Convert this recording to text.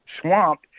swamp